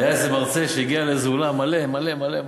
היה איזה מרצה שהגיע לאיזה אולם מלא מלא מלא,